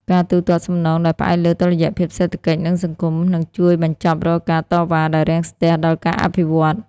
ការទូទាត់សំណងដែលផ្អែកលើតុល្យភាពសេដ្ឋកិច្ច និងសង្គម នឹងជួយបញ្ចប់រាល់ការតវ៉ាដែលរាំងស្ទះដល់ការអភិវឌ្ឍ។